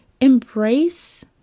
embrace